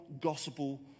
gospel